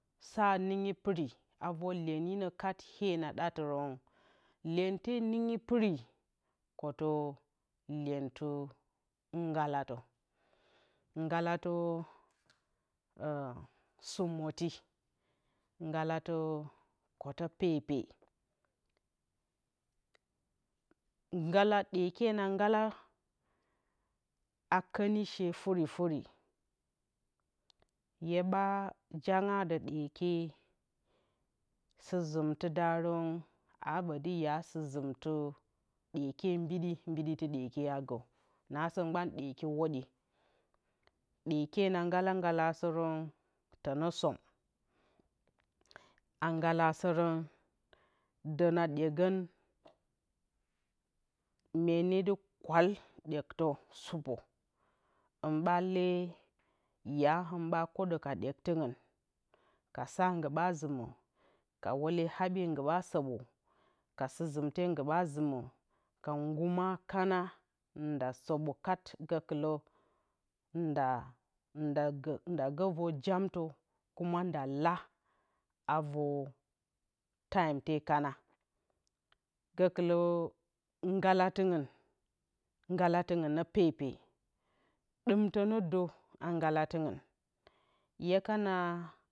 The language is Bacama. Sa ninggi pɨri a vǝr lyenyinǝ kat ee na ɗatɨrǝn lyente pɨri kotǝ lyentɨ ngalatǝ. ngalatú sɨ mǝti. ngalatǝ kǝte pepe, ngala ɗyeke na ngalaa a kǝni she furifuri hyeɓa janga dǝ ɗyeke sɨ zɨmtɨdarǝn aa ɓǝti ya ɗyeki mbiɗi mbiɗitɨ ldyeke agǝ nasǝ mgban ɗyeki whǝdye, ɗyekye na ngala ngalasɨrǝn tǝnǝ som. a ngalasírǝn dǝ na ɗyegǝn myenǝ dɨ kwal ɗyektǝ sɨpǝ. hɨn ɓa le ya hɨn ɓa kǝɗǝ ka ɗyektɨngɨn ka kasa ngu ɓa zɨmǝ ka wule haɓye ngu ɓa sǝɓǝ ka sɨ zɨmte ngu ɓa zɨmǝ ka nguma kana nga sǝɓǝ kat gǝkɨlǝ nda gǝ vǝr jamtǝ kuma nda laa a vǝr time te kana gǝkɨlǝ ngalatɨngɨn ngalatɨngɨn nǝ pepe ɗɨmtǝ nǝ dǝ a ngalatɨngɨn yakana